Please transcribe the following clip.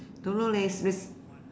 don't know leh this